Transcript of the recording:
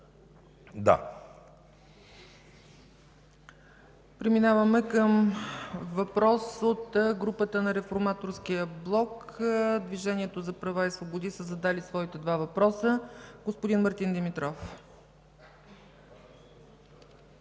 Преминаваме към въпрос от групата на Реформаторския блок. От Движението за права и свободи са задали своите два въпроса. Господин Мартин Димитров.